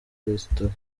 resitora